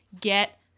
get